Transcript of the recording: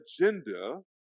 agenda